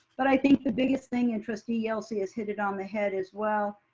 but i think the biggest thing and trustee yelsey has hit it on the head as well,